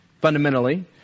Fundamentally